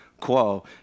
quo